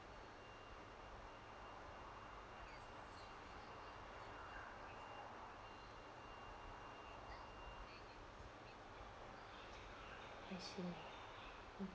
I see